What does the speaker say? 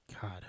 God